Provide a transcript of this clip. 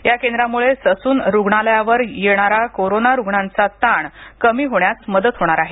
या केंद्रामुळं ससून रुग्णालयावर येणार कोरोना रुग्णांचा ताण कमी होण्यास मदत होणार आहे